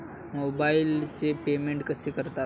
मोबाइलचे पेमेंट कसे करतात?